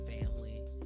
family